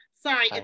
Sorry